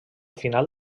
final